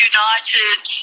United